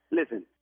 listen